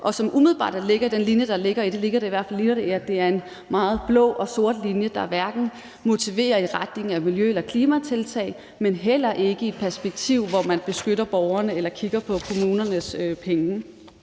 Umiddelbart ligner den linje, der ligger i det, en meget blå og sort linje, der hverken motiverer i retning af miljø- eller klimatiltag eller har et perspektiv, hvor man beskytter borgerne eller kigger på kommunernes penge.